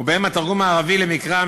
ובהם התרגום הערבי למקרא,